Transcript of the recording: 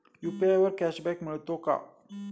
UPI वर cashback मिळतो का?